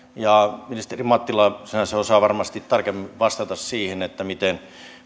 ministeri mattila sinänsä osaa varmasti tarkemmin vastata siihen miten